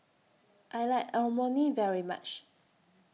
I like Imoni very much